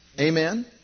Amen